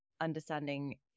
understanding